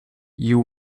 you